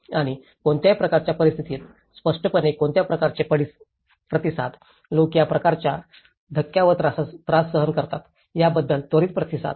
आणि कोणत्याही प्रकारच्या परिस्थितीत स्पष्टपणे कोणत्या प्रकारचे प्रतिसाद लोक या प्रकारच्या धक्क्या व त्रास सहन करतात याबद्दल त्वरित प्रतिसाद